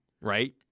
right